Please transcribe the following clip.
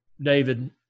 David